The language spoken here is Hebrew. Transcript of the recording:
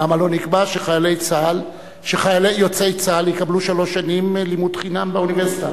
למה לא נקבע שיוצאי צה"ל יקבלו שלוש שנים לימוד חינם באוניברסיטה?